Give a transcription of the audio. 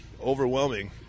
overwhelming